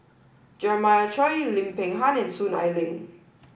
Jeremiah Choy Lim Peng Han and Soon Ai Ling